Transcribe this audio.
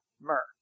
myrrh